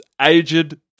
aged